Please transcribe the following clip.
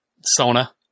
Sona